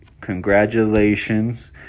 congratulations